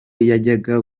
yajyaga